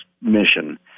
mission